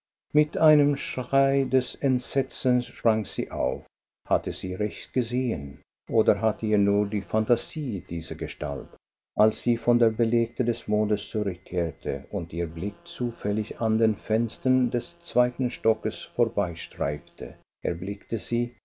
gef mit einem schrei des entsetzens sprang sie auf hatte sie recht gesehen oder hatte ihr nur die phantasie diese gestalt als sie von der beletage des mondes zurückkehrte und ihr blick zufällig an den fenstern des zweiten stockes vorbeistreifte erblickte sie